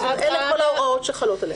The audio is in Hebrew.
אלה כל ההוראות שחלות עליהם.